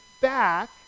back